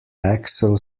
axel